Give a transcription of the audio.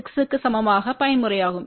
6 க்கு சமமானபயன்முறையாகும்